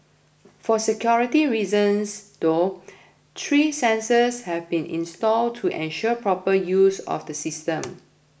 for security reasons though three sensors have been installed to ensure proper use of the system